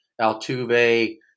Altuve